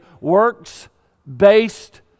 works-based